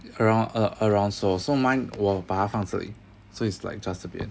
around around so so mine 我把它放直 so it's like just 这边